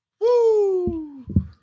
Woo